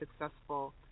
successful